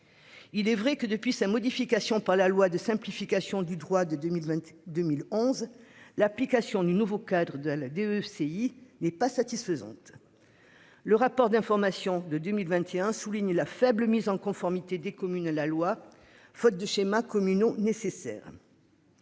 Il est vrai que depuis sa modification pas la loi de simplification du droit de 2022 1011. L'application du nouveau cadre de la DEC, il n'est pas satisfaisante. Le rapport d'information de 2021 souligne la faible mise en conformité des communes, la loi faute de schéma communaux nécessaire.